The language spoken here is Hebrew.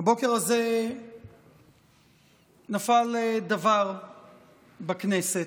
הבוקר הזה נפל דבר בכנסת.